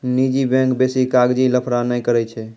निजी बैंक बेसी कागजी लफड़ा नै करै छै